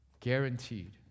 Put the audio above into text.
guaranteed